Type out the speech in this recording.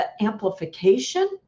amplification